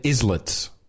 islets